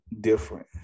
different